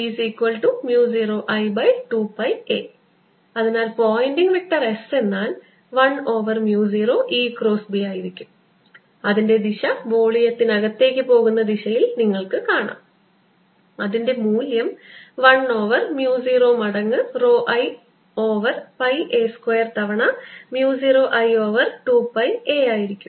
B0I2πa അതിനാൽ Poynting vector S എന്നാൽ 1 over mu 0 E cross B ആയിരിക്കും അതിൻറെ ദിശ വോളിയത്തിനകത്തേക്ക് പോകുന്ന ദിശയിൽ കാണാൻ കഴിയും അതിൻറെ മൂല്യം 1 ഓവർ mu 0 മടങ്ങ് rho I over pi a square തവണ mu 0 I over 2 pi a ആയിരിക്കും